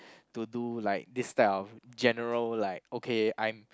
to do like this type of general like okay I'm